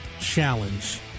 Challenge